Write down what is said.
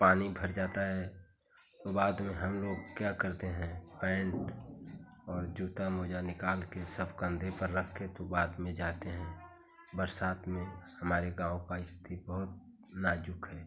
पानी भर जाता है तो बाद में हम लोग क्या करते हैं पैन्ट और जूता मोज़ा निकालकर सब काँधे पर रख के तो बाद में जाते हैं बरसात में हमारे गाँव का स्थिति बहुत नाज़ुक है